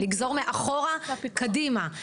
לגזור מאחורה קדימה,